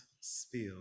spill